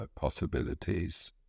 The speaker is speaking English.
possibilities